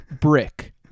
Brick